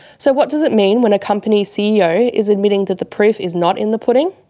so, what does it mean when a company's c. e. o is admitting that the proof is not in the pudding?